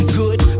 good